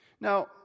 Now